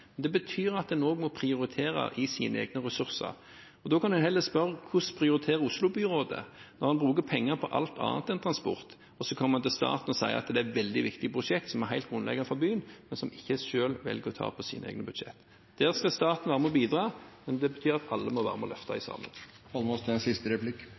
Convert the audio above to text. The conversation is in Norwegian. Det betyr at en også må prioritere i sine egne ressurser. Da kan en heller spørre: Hvordan prioriterer Oslo-byrådet, når en bruker penger på alt annet enn transport, og så kommer en til staten og sier at det er et veldig viktig prosjekt, som er helt grunnleggende for byen, men som en selv velger ikke å ha i sine egne budsjetter? Der skal staten være med å bidra, men det betyr at alle må være med